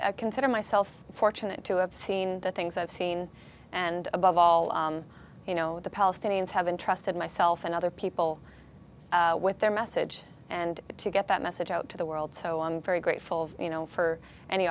i consider myself fortunate to have seen the things i've seen and above all you know the palestinians have interested myself and other people with their message and to get that message out to the world so i'm very grateful you know for any